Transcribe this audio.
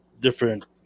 different